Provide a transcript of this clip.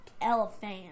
Elephant